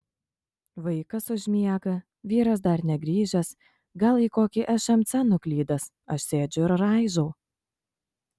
vaikas užmiega vyras dar negrįžęs gal į kokį šmc nuklydęs aš sėdžiu ir raižau